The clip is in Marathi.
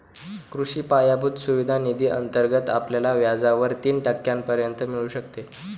कृषी पायाभूत सुविधा निधी अंतर्गत आपल्याला व्याजावर तीन टक्क्यांपर्यंत मिळू शकते